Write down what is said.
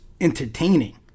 entertaining